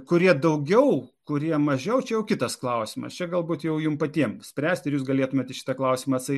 kurie daugiau kurie mažiau čia jau kitas klausimas čia galbūt jau jum patiem spręsti jūs galėtumėt į šitą klausimą